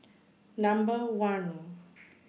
Number one